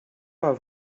pas